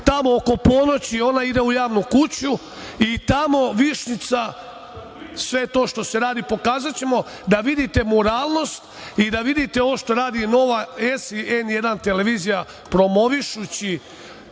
Tamo oko ponoći ona ide u javnu kuću i tamo „višnjica“, sve to što se radi pokazaćemo da vidite moralnost i da vidite ovo što radi „Nova S“ i „N1“ televizija, promovišući